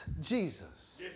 Jesus